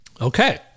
Okay